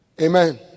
Amen